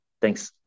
Thanks